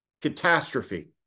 catastrophe